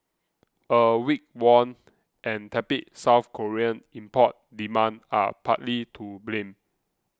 a weak won and tepid South Korean import demand are partly to blame